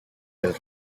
del